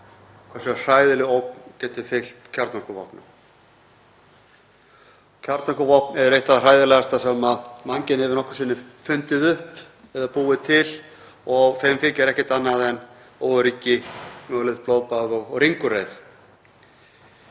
hversu hræðileg ógn getur fylgt kjarnorkuvopnum. Kjarnorkuvopn eru eitt það hræðilegasta sem mannkynið hefur nokkru sinni fundið upp eða búið til og þeim fylgir ekkert annað en óöryggi, mögulegt blóðbað og ringulreið.